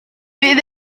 bydd